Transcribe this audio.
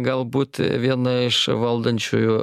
galbūt viena iš valdančiųjų